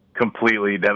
Completely